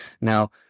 now